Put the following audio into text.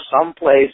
someplace